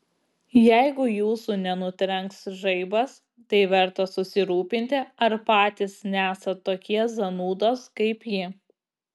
jeigu jūsų nenutrenks žaibas tai verta susirūpinti ar patys nesat tokie zanūdos kaip ji